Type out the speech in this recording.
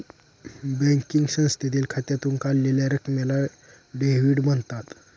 banking संस्थेतील खात्यातून काढलेल्या रकमेला डेव्हिड म्हणतात